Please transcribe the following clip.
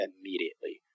immediately